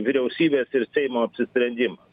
vyriausybės ir seimo apsisprendimas